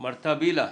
מר טבילה,